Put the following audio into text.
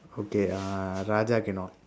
okay uh other day I cannot